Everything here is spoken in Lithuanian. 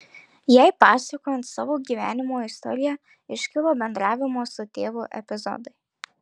jai pasakojant savo gyvenimo istoriją iškilo bendravimo su tėvu epizodai